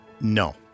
No